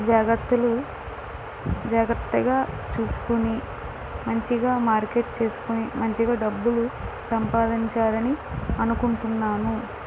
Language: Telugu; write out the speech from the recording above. జాగ్రత్తలు జాగ్రత్తగా చూసుకొని మంచిగా మార్కెట్ చేసుకొని మంచిగా డబ్బులు సంపాదించాలని అనుకుంటున్నాను